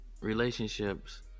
relationships